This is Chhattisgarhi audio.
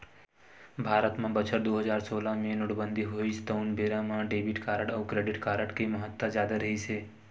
भारत म बछर दू हजार सोलह मे नोटबंदी होइस तउन बेरा म डेबिट कारड अउ क्रेडिट कारड के महत्ता जादा रिहिस हे